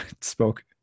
spoke